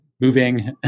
moving